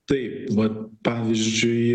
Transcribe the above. taip va pavyzdžiui